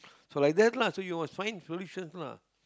so like that lah so you must find solutions lah